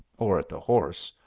or at the horse,